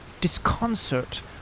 disconcert